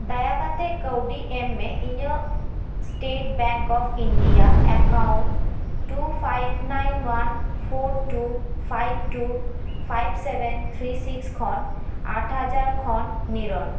ᱫᱟᱭᱟ ᱠᱟᱛᱮᱫ ᱠᱟᱹᱣᱰᱤ ᱮᱢ ᱢᱮ ᱤᱟᱹᱜ state bank of India account two five nine one four two five two five seven three six ᱠᱷᱚᱱ ᱟᱴ ᱦᱟᱡᱟᱨ ᱠᱷᱚᱱ ᱱᱤᱨᱚᱱ